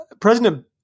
President